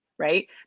right